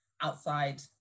outside